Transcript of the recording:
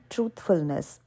Truthfulness